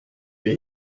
wer